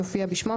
יופיע בשמו,